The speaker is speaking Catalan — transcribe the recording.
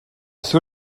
seu